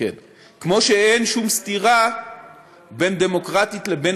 כמו שאין שום סתירה בין "דמוקרטית" לבין